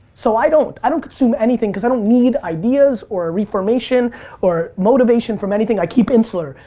so i don't. i don't consume anything cause i don't need ideas or a reformation or motivation from anything. i keep insular,